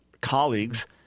colleagues